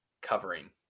covering